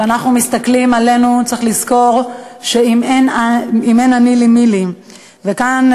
כשאנחנו מסתכלים עלינו צריך לזכור ש"אם אין אני לי מי לי?" כאן,